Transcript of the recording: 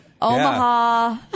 Omaha